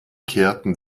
kehrten